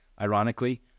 ironically